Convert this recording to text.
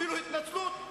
אפילו התנצלות.